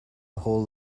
whole